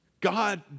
God